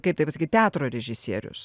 kaip tai pasakyt teatro režisierius